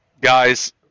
Guys